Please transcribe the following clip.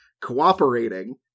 cooperating